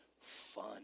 fun